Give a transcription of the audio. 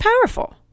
powerful